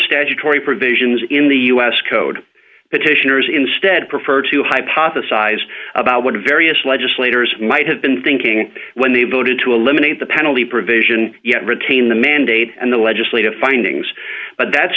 statutory provisions in the us code petitioners instead prefer to hypothesize about what various legislators might have been thinking when they voted to eliminate the penalty provision yet retain the mandate and the legislative findings but that's